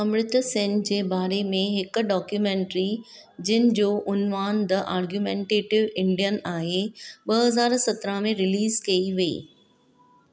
अमृता सेन जे बारे में हिकु डॉक्युमेंट्री जिन जो उनवान द आर्गुमेंटेटिव इंडियन आहे ॿ हज़ार सत्रहं में रीलीज़ कई वई